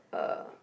uh